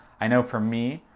i know for me,